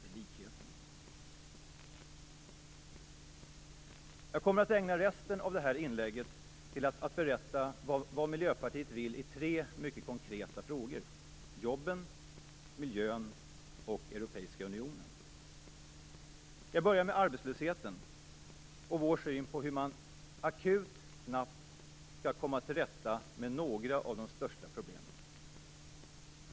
Jag kommer att ägna resten av detta inlägg till att berätta vad Miljöpartiet vill i tre mycket konkreta frågor: jobben, miljön och Europeiska unionen. Jag börjar med arbetslösheten och vår syn på hur man snabbt skall kunna komma till rätta med några av de största problemen.